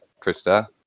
Krista